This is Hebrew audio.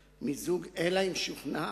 אלא אם כן שוכנע